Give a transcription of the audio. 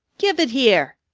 give it here!